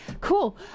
Cool